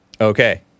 Okay